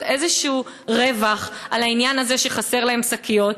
איזה רווח על העניין הזה שחסר להם שקיות,